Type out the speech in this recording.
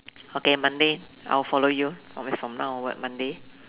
okay Monday I'll follow you oh meas from now onward Monday